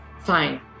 Fine